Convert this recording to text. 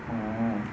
oh